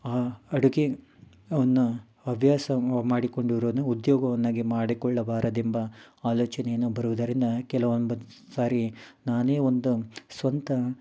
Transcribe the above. ಆ ಅಡುಗೆಯನ್ನ ಹವ್ಯಾಸ ಮಾಡಿಕೊಂಡಿರೋದು ಉದ್ಯೋಗವನ್ನಾಗಿ ಮಾಡಿಕೊಳ್ಳಬಾರದೆಂಬ ಆಲೋಚನೆಯನ್ನು ಬರುವುದರಿಂದ ಕೆಲವೊಂದು ಸಾರಿ ನಾನೇ ಒಂದು ಸ್ವಂತ